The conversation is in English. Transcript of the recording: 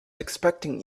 expecting